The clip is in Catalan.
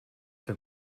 que